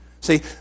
See